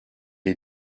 est